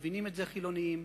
מבינים את זה חילונים,